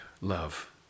love